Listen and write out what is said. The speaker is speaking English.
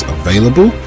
available